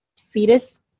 fetus